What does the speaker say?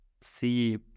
see